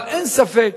אבל אין ספק